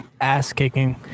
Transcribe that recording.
ass-kicking